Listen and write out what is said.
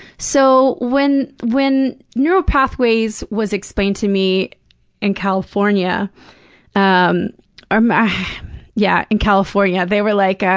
so, when when neural pathways was explained to me in california um um yeah, in california they were like, ah